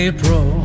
April